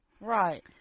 Right